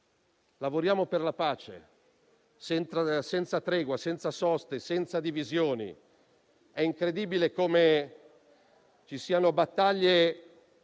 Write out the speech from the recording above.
Lavoriamo per la pace senza tregua, senza soste, senza divisioni. È incredibile come ci siano battaglie